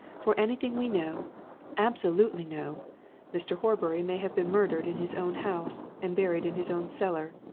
for anything we know absolutely know mr. horbury may have been murdered in his own house, and buried in his own cellar.